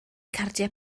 cardiau